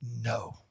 no